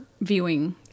viewing